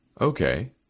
Okay